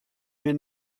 mir